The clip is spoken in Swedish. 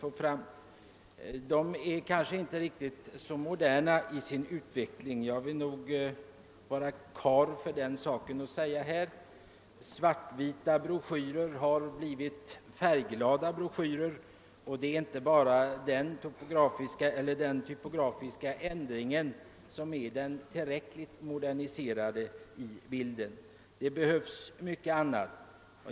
Turisttrafikförbundet är kanske inte så modernt inriktat i sin verksamhet. För all del, svartvita broschyrer har blivit färgglada broschyrer, men det är inte bara den typografiska utrustningen som behöver moderniseras utan också mycket annat.